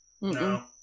No